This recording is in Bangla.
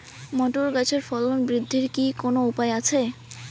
মোটর গাছের ফলন বৃদ্ধির কি কোনো উপায় আছে?